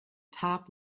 top